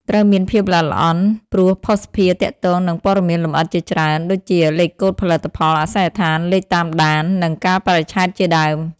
ត្រូវមានភាពល្អិតល្អន់ ព្រោះភស្តុភារទាក់ទងនឹងព័ត៌មានលម្អិតជាច្រើន ដូចជា លេខកូដផលិតផល អាសយដ្ឋាន លេខតាមដាន និង កាលបរិច្ឆេទជាដើម។